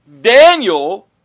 Daniel